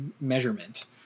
measurement